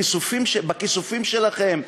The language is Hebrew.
בכיסופים שלכם,